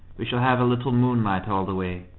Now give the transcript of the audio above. we shall have a little moonlight all the way.